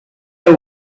have